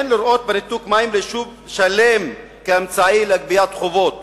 אין לראות בניתוק מים ליישוב שלם אמצעי לגביית חובות.